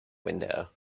window